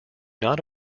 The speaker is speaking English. not